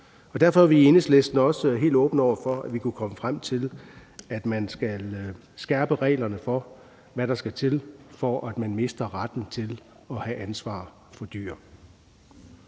Derfor er vi i Enhedslisten også helt åbne over for, at vi kunne komme frem til, at man skal skærpe reglerne for, hvad der skal til, for at man mister retten til at have ansvaret for dyr.